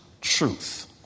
truth